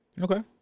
Okay